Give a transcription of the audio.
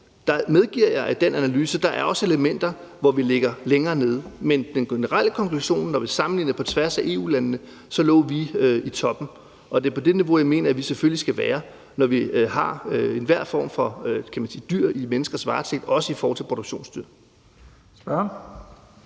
Jeg medgiver, at i den analyse er der også elementer, hvor vi ligger længere nede. Men den generelle konklusion, når vi sammenligner på tværs af EU-landene, var, at vi lå i toppen. Og det er på det niveau, jeg mener vi selvfølgelig skal være, når vi har enhver form for dyr i menneskers varetægt, også produktionsdyr.